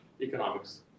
economics